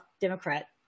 Democrat